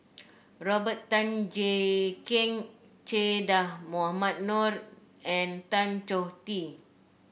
Robert Tan Jee Keng Che Dah Mohamed Noor and Tan Choh Tee